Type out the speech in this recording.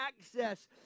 access